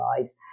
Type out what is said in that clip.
lives